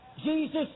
Jesus